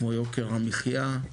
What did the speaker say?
כמו יוקר המחייה,